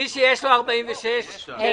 מי שיש לו אישור לעניין סעיף 46 יש